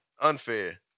Unfair